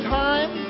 time